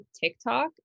TikTok